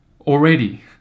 already